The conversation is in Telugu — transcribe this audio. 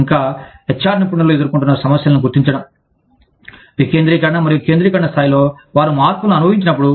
ఇంకా హెచ్ఆర్ నిపుణులు ఎదుర్కొంటున్న సమస్యలను గుర్తించడం వికేంద్రీకరణ మరియు కేంద్రీకరణ స్థాయిలో వారు మార్పులను అనుభవించినప్పుడు